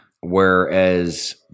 Whereas